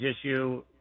issue